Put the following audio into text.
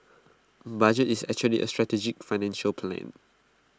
budget is actually A strategic financial plan